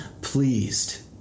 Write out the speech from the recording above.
pleased